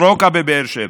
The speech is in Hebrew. וכל בני המשפחה,